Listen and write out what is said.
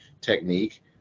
technique